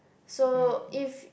so if